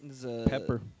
Pepper